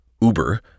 Uber